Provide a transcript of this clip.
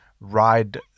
ride